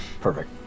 Perfect